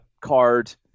card